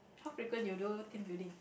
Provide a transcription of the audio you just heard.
how frequent you do team building